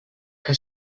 que